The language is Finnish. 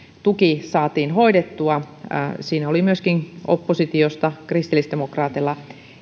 tuki saatiin hoidettua siitä oli myöskin oppositiosta kritillisdemokraateilla